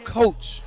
coach